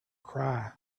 cry